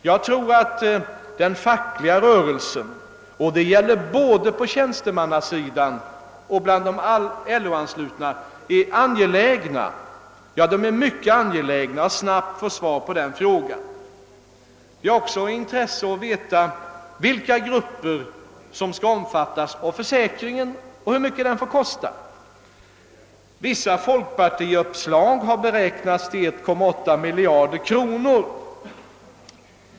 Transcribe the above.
Jag tror att den fackliga rörelsen — och det gäller både tjänstemän och LO-anslutna — är mycket angelägna att få svar på den frågan. Det är också av intresse att få veta vilka grupper försäkringen skall omfatta och hur mycket den får kosta. Vissa folkpartiuppslag har beräknats kosta 1,8 miljard kronor.